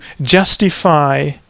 justify